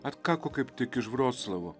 atkako kaip tik iš vroclavo